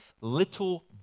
little